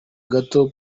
gato